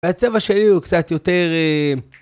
והצבע שלי הוא קצת יותר...